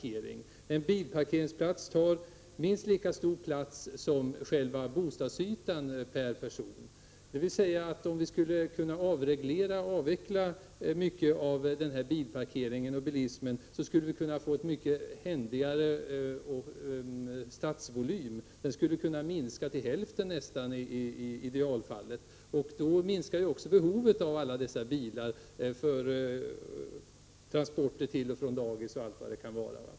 En bilparkeringsplats tar minst lika stort utrymme som själva bostadsytan per person. Om vi skulle kunna avreglera och avveckla mycket av bilparkeringen och bilismen, så skulle vi kunna få en mycket behändigare stadsvolym; den skulle kunna minska till nästan hälften i idealfallet. Då minskar ju också behovet av alla dessa bilar för transporter till och från dagis, och allt vad det kan vara.